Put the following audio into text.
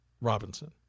Robinson